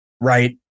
right